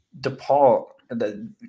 DePaul